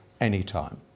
anytime